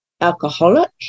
alcoholic